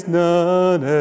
none